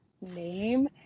name